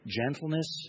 gentleness